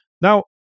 Now